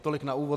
Tolik na úvod.